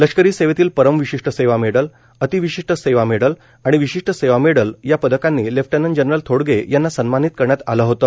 लष्करी सेवेतील परम विशिष्ट सेवा मेडल अतिविशिष्ट सेवा मेडल आणि विशिष्ट सेवा मेडल या पदकांनी लेफ्टनंट जनरल थोडगे यांना सन्मानित करण्यात आले होते